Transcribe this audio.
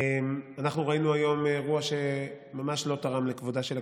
אנחנו ראינו היום אירוע שממש לא תרם לכבודה של הכנסת,